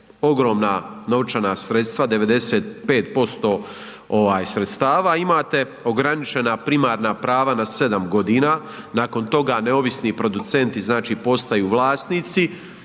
ogromna novčana sredstva 95% sredstava, a imate ograničena primarna prava na 7 godina, nakon toga neovisni producenti postaju vlasnici